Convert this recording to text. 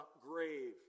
grave